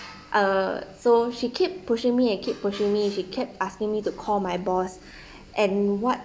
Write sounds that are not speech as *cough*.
uh so she keep pushing me and keep pushing me she kept asking me to call my boss *breath* and what